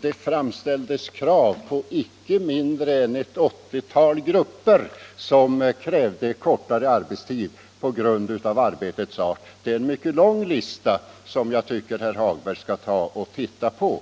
det var då icke mindre än ett 80-tal grupper som krävde kortare arbetstid på grund av arbetets art. Det är en mycket lång lista, som jag tycker att herr Hagberg skulle ta och titta på.